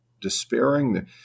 despairing